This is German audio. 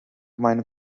meinem